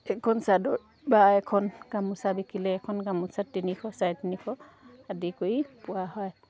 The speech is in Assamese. এখন চাদৰ বা এখন গামোচা বিকিলে এখন গামোচা তিনিশ চাৰে তিনিশ আদি কৰি পোৱা হয়